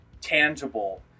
tangible